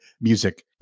music